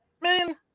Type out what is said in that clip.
man